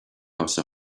house